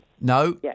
No